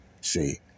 See